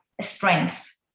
strengths